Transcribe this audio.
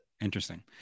Interesting